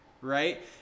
right